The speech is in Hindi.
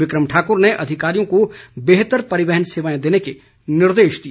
विक्रम ठाक्र ने अधिकारियों को बेहतर परिवहन सेवाएं देने के निर्देश दिए